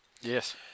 Yes